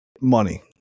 Money